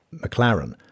mclaren